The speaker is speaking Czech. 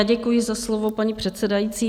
Děkuji za slovo, paní předsedající.